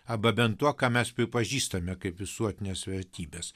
arba bent tuo ką mes pripažįstame kaip visuotines vertybes